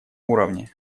уровне